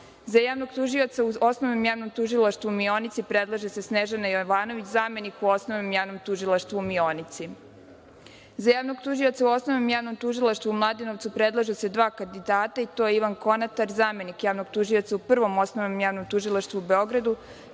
Plani.Za Osnovno javno tužilaštvo u Mionici predložena je Snežana Jovanović, zamenik u Osnovnom javnom tužilaštvu u Mionici.Za javnog tužioca u Osnovnom javnom tužilaštvu u Mladenovcu predlažu se dva kandidata i to Ivan Konatar, zamenik javnog tužioca u Prvom osnovnom javnom tužilaštvu u Beogradu,